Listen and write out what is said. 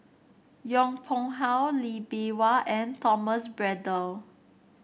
Yong Pung How Lee Bee Wah and Thomas Braddell